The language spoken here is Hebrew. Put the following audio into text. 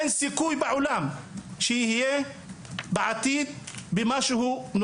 אז אין סיכוי בעולם שהוא יהיה מסוגל לחיות